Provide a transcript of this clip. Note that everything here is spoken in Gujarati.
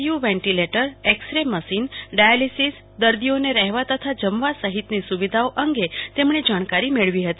you ventilator X-ray machine dialysis દર્દીઓને રહેવા તથા જમવા સહિતની સુવિધાઓ અંગે તેમને જાણકારી મેળવી હતી